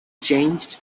changed